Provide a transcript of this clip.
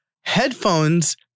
Headphones